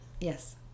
Yes